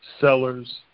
Sellers